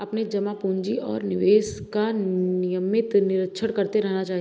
अपने जमा पूँजी और निवेशों का नियमित निरीक्षण करते रहना चाहिए